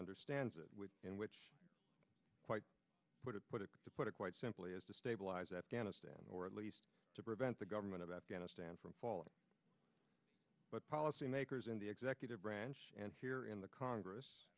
understands it and which quite put it put it to put it quite simply is to stabilize afghanistan or at least to prevent the government of afghanistan from falling but policymakers in the executive branch and here in the congress